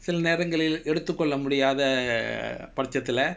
சில நேரங்களில் எடுத்துக்கொள்ள முடியாத பட்சத்தில:sila nerangalil edutthukkolla mudiyaadha patchattila